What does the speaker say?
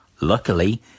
Luckily